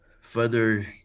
further